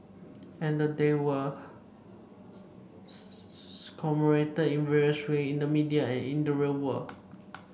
and the day were commemorated in various ways in the media and in the real world